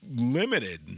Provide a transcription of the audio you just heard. limited